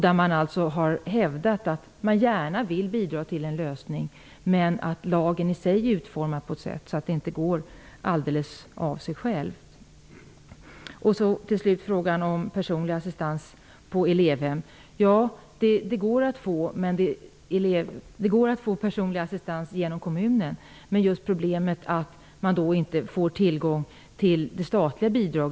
Där har man hävdat att man gärna vill bidra till en lösning, men att lagen i sig är utformad så att det inte går alldeles av sig självt. Det går att få personlig assistans på elevhem genom kommunen. Men problemet är att man då inte får tillgång till det statliga bidraget.